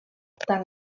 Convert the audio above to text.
tant